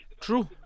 True